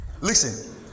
Listen